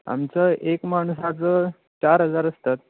आमचं एक माणसाचं चार हजार असतात